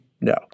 no